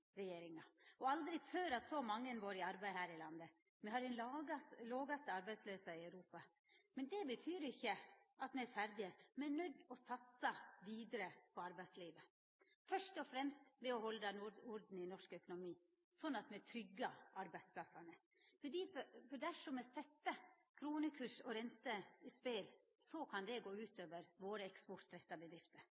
II-regjeringa. Aldri før har så mange vore i arbeid her i landet. Me har den lågaste arbeidsløysa i Europa. Men det betyr ikkje at me er ferdige. Me er nøydde til å satsa vidare på arbeidslivet; først og fremst ved å halda orden i norsk økonomi, sånn at me tryggjar arbeidsplassane. Dersom me set kronekurs og rente på spel, kan det gå